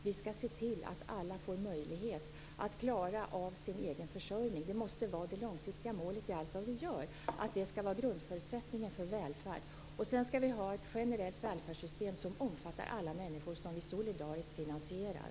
Vi skall se till att alla får möjlighet att klara av sin egen försörjning. Det måste vara det långsiktiga målet i allt som vi gör, att det skall vara grundförutsättningen för välfärd. Sedan skall vi ha ett generellt välfärdssystem som omfattar alla människor och som vi solidariskt finansierar.